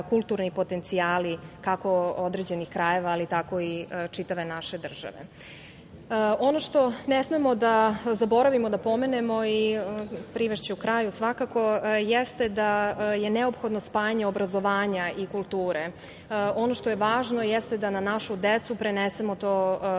kulturni potencijali kako određenih krajeva, tako i čitave naše države. Ono što ne smemo da zaboravimo da pomenemo i privešću kraju, jeste da je neophodno spajanje obrazovanja i kulture. Ono što je važno jeste da na našu decu prenesemo taj